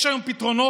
יש היום פתרונות